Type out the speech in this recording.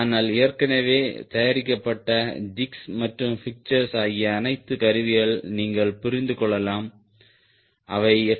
ஆனால் ஏற்கனவே தயாரிக்கப்பட்ட ஜிக்ஸ் மற்றும் பிச்சர்ஸ் ஆகிய அனைத்து கருவிகள் நீங்கள் புரிந்து கொள்ளலாம் அவை எஃப்